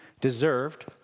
deserved